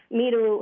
miru